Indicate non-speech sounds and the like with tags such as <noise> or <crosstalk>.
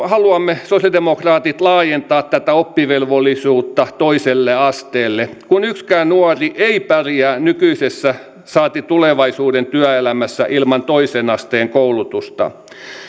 <unintelligible> haluamme laajentaa tätä oppivelvollisuutta toiselle asteelle koska yksikään nuori ei pärjää nykyisessä saati tulevaisuuden työelämässä ilman toisen asteen koulutusta